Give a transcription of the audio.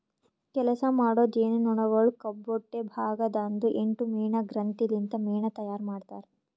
ಕೆಲಸ ಮಾಡೋ ಜೇನುನೊಣಗೊಳ್ ಕೊಬ್ಬೊಟ್ಟೆ ಭಾಗ ದಾಂದು ಎಂಟು ಮೇಣ ಗ್ರಂಥಿ ಲಿಂತ್ ಮೇಣ ತೈಯಾರ್ ಮಾಡ್ತಾರ್